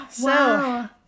Wow